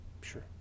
Sure